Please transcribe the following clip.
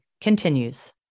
continues